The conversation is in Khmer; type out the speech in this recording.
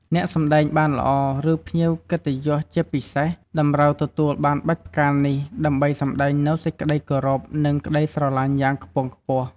អ្នកសម្តែងបានល្អ ឬភ្ញៀវកិត្តិយសជាពិសេសតម្រូវទទួលបានបាច់ផ្កានេះ ដើម្បីសម្ដែងនូវសេចក្ដីគោរព និងក្តីស្រឡាញ់យ៉ាងខ្ពង់ខ្ពស់។